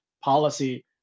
policy